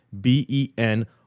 b-e-n